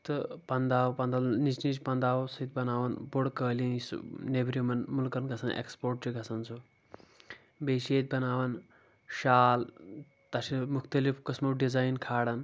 تہٕ پَنہٕ داو نِچِہ نِچِہ پَنہٕ داوَو سۭتۍ بناوَن بوٚڈ قٲلیٖن یُس سُہ نیٚبرِمٮ۪ن مُلکَن گَژھان ایکسپورٹ چھُ گَژھان سُہ بیٚیہِ چھِ ییٚتہِ بناوان شال تَتھ چھِ مختلف قٕسمو ڈِزایِن کھالان